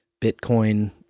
Bitcoin